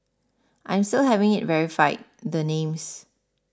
I'm still having it verified the names